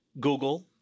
Google